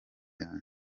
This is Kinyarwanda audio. yanjye